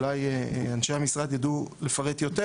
אולי אנשי המשרד יידעו לפרט יותר,